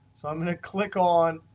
so i'm going to click on